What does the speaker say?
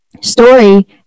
Story